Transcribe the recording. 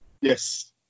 Yes